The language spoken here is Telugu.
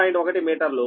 1 మీటర్లు